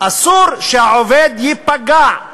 אסור שהעובד ייפגע.